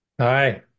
Hi